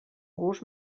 gust